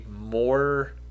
more